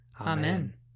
Amen